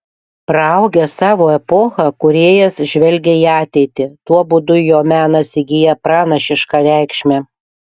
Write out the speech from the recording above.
praaugęs savo epochą kūrėjas žvelgia į ateitį tuo būdu jo menas įgyja pranašišką reikšmę